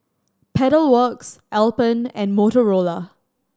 Pedal Works Alpen and Motorola